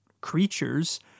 creatures